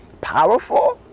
powerful